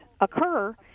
occur